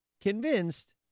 convinced